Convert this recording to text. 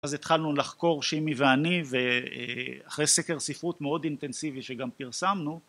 אז התחלנו לחקור שימי ואני ואחרי סקר ספרות מאוד אינטנסיבי, שגם פרסמנו